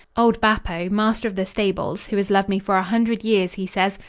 old bappo, master of the stables, who has loved me for a hundred years, he says,